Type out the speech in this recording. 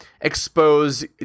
expose